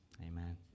Amen